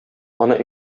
аны